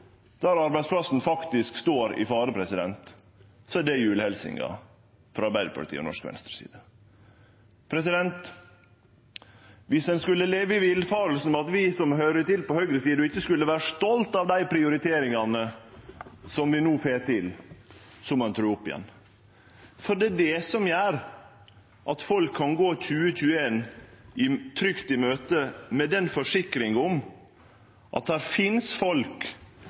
står i fare, er det julehelsinga frå Arbeidarpartiet og resten av norsk venstreside. Viss ein skulle leve i den villfaringa at vi som høyrer til på høgresida, ikkje er stolte av dei prioriteringane vi no får til, må ein tru om igjen. Det er det som gjer at folk kan gå 2021 trygt i møte, med forsikring om at det finst folk